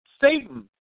Satan